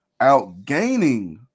outgaining